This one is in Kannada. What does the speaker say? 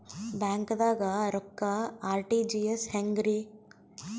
ಬ್ಯಾಂಕ್ದಾಗ ರೊಕ್ಕ ಆರ್.ಟಿ.ಜಿ.ಎಸ್ ಹೆಂಗ್ರಿ?